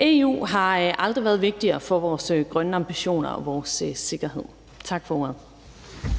EU har aldrig været vigtigere for vores grønne ambitioner og vores sikkerhed. Tak for ordet.